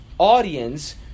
audience